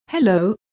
Hello